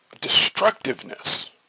destructiveness